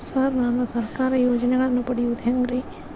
Sir ನಾನು ಸರ್ಕಾರ ಯೋಜೆನೆಗಳನ್ನು ಪಡೆಯುವುದು ಹೆಂಗ್ರಿ?